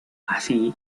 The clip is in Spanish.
así